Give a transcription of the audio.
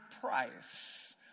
price